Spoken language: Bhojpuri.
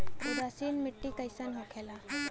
उदासीन मिट्टी कईसन होखेला?